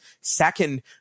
Second-